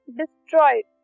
destroyed